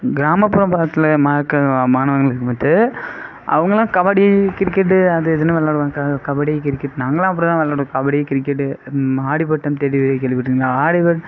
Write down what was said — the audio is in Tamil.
கிராமப்புறம் பக்கத்தில் அவங்கெளாம் கபடி கிரிக்கெட்டு அது இதுன்னு விளாடுவாங்க கபடி கிரிக்கெட்டு நாங்கெலாம் அப்படிதான் விளாடுவோம் ஆடிப்பட்டம் தேடி விதை கேள்விப்பட்டிருக்கீங்களா ஆடி